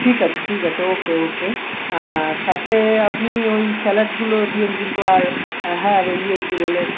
ঠিক আছে ঠিক আছে ওকে ওকে সাথে আপনি ওই স্যালাডগুলো দিয়েন কিন্তু আর হ্যাঁ ওই ইয়ে কী বলে